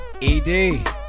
ED